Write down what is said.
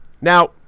now